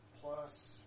plus